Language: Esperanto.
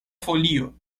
folio